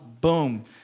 boom